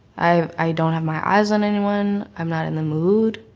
i don't have my eyes on anyone, i'm not in the mood,